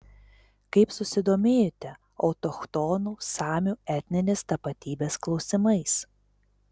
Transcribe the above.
kaip susidomėjote autochtonų samių etninės tapatybės klausimais